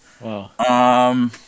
Wow